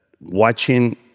Watching